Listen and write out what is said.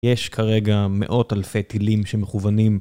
יש כרגע מאות אלפי טילים שמכוונים.